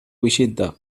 بشدة